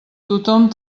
tothom